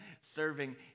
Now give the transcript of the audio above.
serving